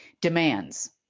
demands